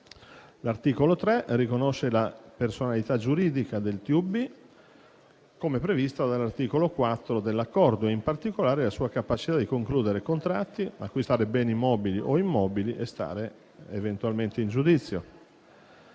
L'articolo 3 riconosce la personalità giuridica del TUB, come previsto dall'articolo 4 dell'Accordo, e in particolare la sua capacità di concludere contratti, acquistare beni mobili o immobili e stare eventualmente in giudizio.